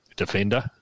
defender